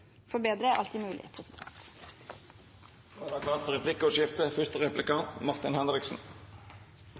forbedre er alltid mulig. Det vert replikkordskifte.